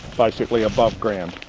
basically above ground.